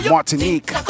Martinique